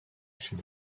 chez